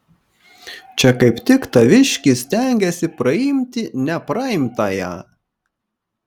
čia kaip tik taviškis stengiasi praimti nepraimtąją